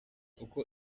uko